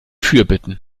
fürbitten